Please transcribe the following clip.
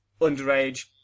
underage